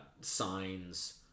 Signs